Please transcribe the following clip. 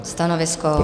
Stanovisko?